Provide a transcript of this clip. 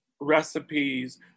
recipes